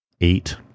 eight